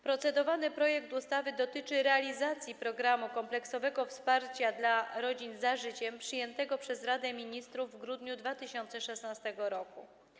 Procedowany projekt ustawy dotyczy realizacji programu kompleksowego wsparcia dla rodzin „Za życiem” przyjętego przez Radę Ministrów w grudniu 2016 r.